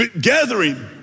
Gathering